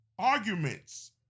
Arguments